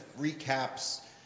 recaps